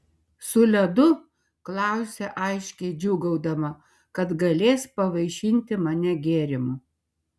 su ledu klausia aiškiai džiūgaudama kad galės pavaišinti mane gėrimu